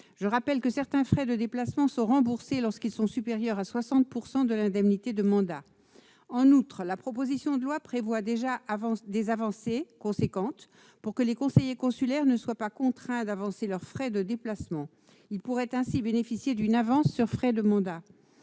Je rappelle que certains frais de déplacement sont remboursés, lorsqu'ils sont supérieurs à 60 % de l'indemnité de mandat. En outre, la proposition de loi prévoit déjà des avancées considérables pour que les conseillers consulaires ne soient pas contraints d'avancer leurs frais de déplacement. Ils pourraient ainsi bénéficier d'une avance sur frais de mandat.